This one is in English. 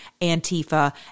Antifa